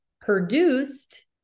produced